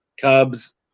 Cubs